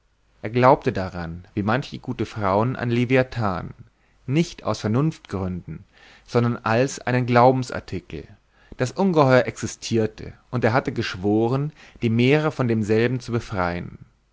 er glaubte daran wie manche gute frauen an leviathan nicht aus vernunftgründen sondern als an einen glaubensartikel das ungeheuer existirte und er hatte geschworen die meere von demselben zu befreien